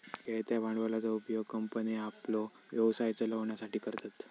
खेळत्या भांडवलाचो उपयोग कंपन्ये आपलो व्यवसाय चलवच्यासाठी करतत